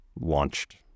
launched